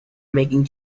making